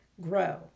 grow